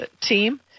team